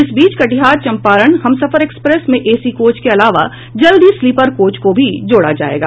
इस बीच कटिहार चंपारण हमसफर एक्सप्रेस में ऐसी कोच के अलावा जल्द ही स्लीपर कोच को जोड़ा जायेगा